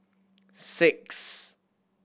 six